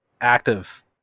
active